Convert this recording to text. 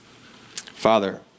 Father